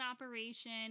operation